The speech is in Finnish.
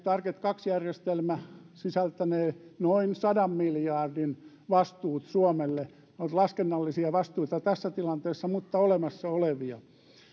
target kaksi järjestelmä sisältänee noin sadan miljardin vastuut suomelle ne ovat laskennallisia vastuita tässä tilanteessa mutta olemassa olevia